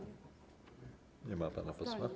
Nie ma pana posła?